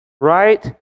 right